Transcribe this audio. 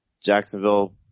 Jacksonville